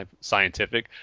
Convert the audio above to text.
scientific